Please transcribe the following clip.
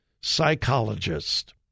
psychologist